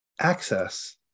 access